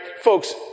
Folks